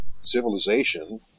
Civilization